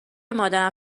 مادرم